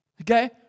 okay